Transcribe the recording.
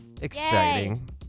Exciting